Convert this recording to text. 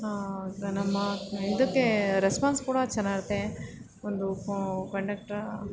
ನಮ್ಮ ಇದಕ್ಕೆ ರೆಸ್ಪಾನ್ಸ್ ಕೂಡ ಚೆನ್ನಾಗಿರುತ್ತೆ ಒಂದು ಕಂಡಕ್ಟರ್